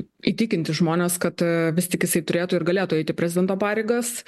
įtikinti žmones kad vis tik jisai turėtų ir galėtų eiti prezidento pareigas